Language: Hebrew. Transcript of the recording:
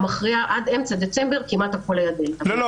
עד אמצע דצמבר, כמעט הכול היה דלתא.